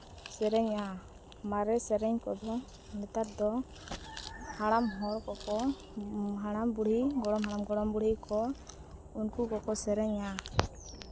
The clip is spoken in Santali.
ᱥᱮᱨᱮᱧᱟ ᱢᱟᱨᱮ ᱥᱮᱨᱮᱧ ᱠᱚᱫᱚ ᱱᱮᱛᱟᱨ ᱫᱚ ᱦᱟᱲᱟᱢ ᱦᱚᱲ ᱠᱚᱠᱚ ᱦᱟᱲᱟᱢ ᱵᱩᱲᱦᱤ ᱜᱚᱲᱚᱢ ᱦᱟᱲᱟᱢ ᱜᱚᱲᱚᱢ ᱵᱩᱲᱦᱤ ᱠᱚ ᱩᱱᱠᱩ ᱠᱚᱠᱚ ᱥᱮᱨᱮᱧᱟ